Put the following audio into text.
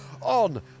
on